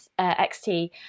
XT